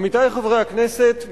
עמיתי חברי הכנסת,